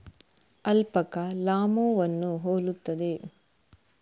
alpaca ಲಾಮೂವನ್ನು ಹೋಲುತ್ತದೆ